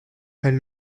and